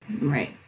right